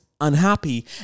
unhappy